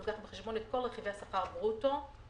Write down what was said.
הוא לוקח בחשבון את כל רכיבי השכר ברוטו לחודש.